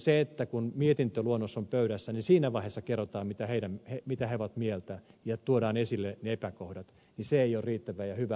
se ei ole riittävää ja hyvää lainvalmistelutyötä kun siinä vaiheessa kun mietintöluonnos on pöydässä kerrotaan mitä mieltä he ovat ja tuodaan esille ne epäkohdat isee jo riittävä ja hyvä